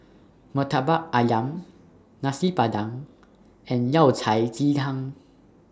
Murtabak Ayam Nasi Padang and Yao Cai Ji Tang